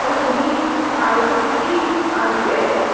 তো তুমি কাল থেকে কি আসবে